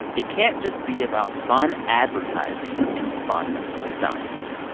it can't just be about fun advertising and fun stunts.